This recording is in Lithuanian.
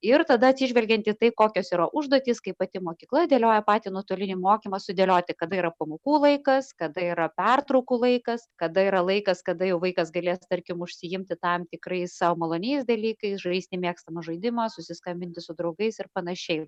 ir tada atsižvelgiant į tai kokios yra užduotys kaip pati mokykla dėlioja patį nuotolinį mokymą sudėlioti kada yra pamokų laikas kada yra pertraukų laikas kada yra laikas kada jau vaikas galės tarkim užsiimti tam tikrais sau maloniais dalykais žaisti mėgstamą žaidimą susiskambinti su draugais ir panašiai